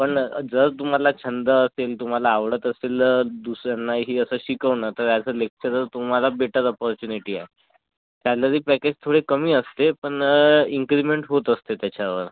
पण जर तुम्हाला छंद असेल तुम्हाला आवडत असेल दुसऱ्यांनाही असं शिकवणं तर ॲज अ लेक्चरर तुम्हाला बेटर ऑपर्च्युनिटी आहे सॅलरी पॅकेज थोडे कमी असते पण इन्क्रिमेंट होते असते त्याच्यावर